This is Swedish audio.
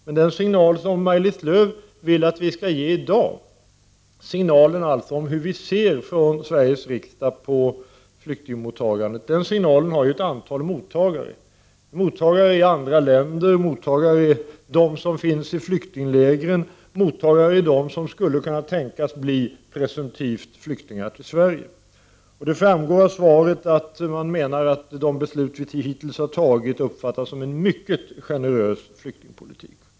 Men den signal som Maj-Lis Lööw vill att vi skall ge i dag om hur vi från Sveriges riksdag ser på flyktingmottagandet har ett antal mottagare — i andra länder, i flyktinglägren, bland dem som skulle kunna tänkas fly till Sverige. Det framgår av statsrådets svar att hon menar att de beslut som vi hittills har fattat uppfattas som en mycket generös flyktingpolitik.